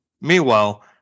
meanwhile